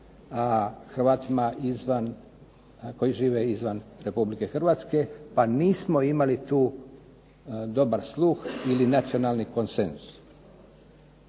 izvan, koji žive izvan Republike Hrvatske pa nismo imali tu dobar sluh ili nacionalni konsenzus.